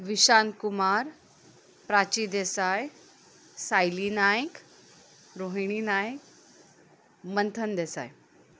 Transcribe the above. Vishant Kumar Prachi Desai Sayali Naik Rohini Naik Manthan Desai